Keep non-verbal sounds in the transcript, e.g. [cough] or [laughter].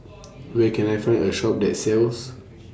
[noise] Where Can I Find A Shop that sells